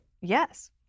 yes